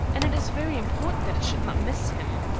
and it is very important that it should not miss him.